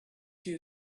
you